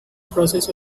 process